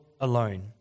alone